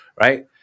right